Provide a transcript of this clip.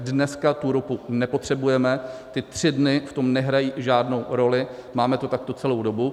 Dneska tu ropu nepotřebujeme, ty tři dny v tom nehrají žádnou roli, máme to takto celou dobu.